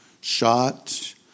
shot